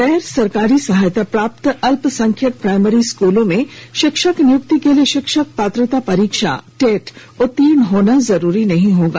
गैर सरकारी सहायता प्राप्त अल्पसंख्यक प्राइमरी स्कूलों में शिक्षक नियुक्ति के लिए शिक्षक पात्रता परीक्षा टेट उत्तीर्ण होना जरुरी नहीं होगा